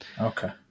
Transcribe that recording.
Okay